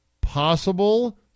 possible